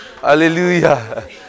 Hallelujah